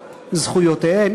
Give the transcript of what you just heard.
זכויותיהם,